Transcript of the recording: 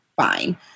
fine